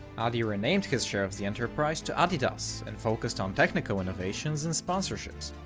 adi renamed his share of the enterprise to adidas and focused on technical innovations and sponsorships.